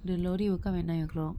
the lorry will come at nine o'clock